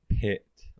pit